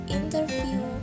interview